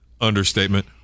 understatement